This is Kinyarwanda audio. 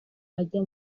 ajya